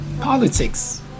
politics